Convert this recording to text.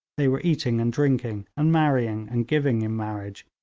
they were eating and drinking, and marrying and giving in marriage,